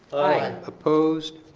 opposed.